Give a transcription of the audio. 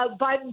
Biden